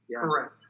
Correct